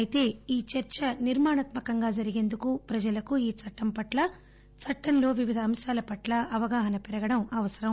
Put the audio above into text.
అయితే ఈ చర్చ నిర్మాణాత్మకంగా జరిగేందుకు ప్రజలకు ఈ చట్టం పట్లా చట్టంలో వివిధ అంశా ల పట్లా అవగాహన పెరగడం అవసరం